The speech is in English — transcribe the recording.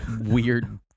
weird